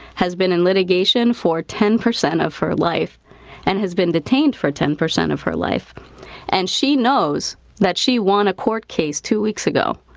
has been in litigation for ten percent of her life and has been detained for ten percent of her life and she knows that she won a court case two weeks ago.